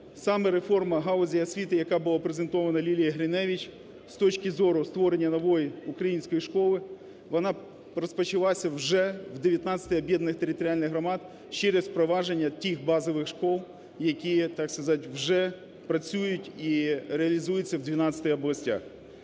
реформа галузі освіти, яка була презентована Лілією Гриневич з точки зору створення нової української школи. Вона розпочалася вже в 19 об'єднаних територіальних громадах через впровадження тих базових шкіл, які, так сказати, вже працюють і реалізуються в 12 областях.